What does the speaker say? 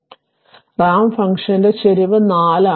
അതിനാൽ റാമ്പ് ഫംഗ്ഷന്റെ ചരിവ് 4 ആണ്